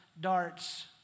darts